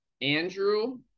Andrew